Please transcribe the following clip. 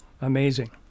amazing